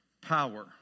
power